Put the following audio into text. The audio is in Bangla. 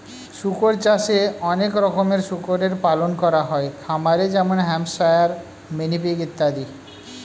শুকর চাষে অনেক রকমের শুকরের পালন করা হয় খামারে যেমন হ্যাম্পশায়ার, মিনি পিগ ইত্যাদি